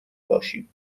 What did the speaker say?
باشیم